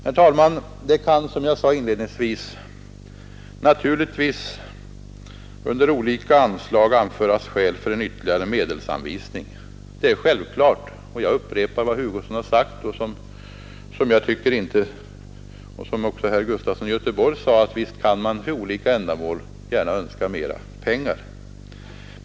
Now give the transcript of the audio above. Herr talman! Det kan naturligtvis, som jag sade inledningsvis, under olika anslag anföras skäl för ytterligare medelsanvisning. Det är självklart. Jag upprepar vad herr Hugosson och även herr Gustafson i Göteborg har sagt, nämligen att man för olika ändamål visst kan önska mera pengar.